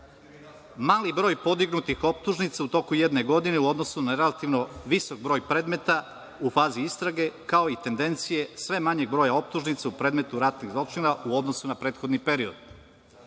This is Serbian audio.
Mali broj podignutih optužnica u toku jedne godine u odnosu na relativno visok broj predmeta u fazi istrage, kao i tendencije, sve manjeg broja optužnica u predmetu ratnih zločina u odnosu na prethodni period.